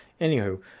Anywho